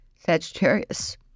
Sagittarius